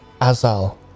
Azal